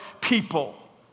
people